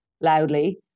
loudly